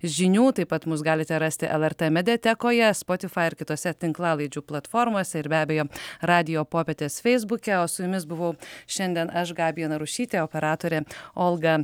žinių taip pat mus galite rasti lrt mediatekoje spotifai ir kitose tinklalaidžių platformose ir be abejo radijo popietės feisbuke su jumis buvau šiandien aš gabija narušytė operatorė olga